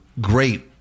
great